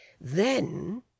Then